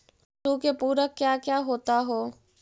पशु के पुरक क्या क्या होता हो?